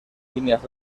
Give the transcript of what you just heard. líneas